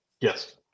Yes